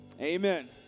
amen